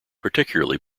particularly